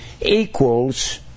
equals